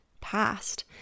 past